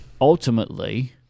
ultimately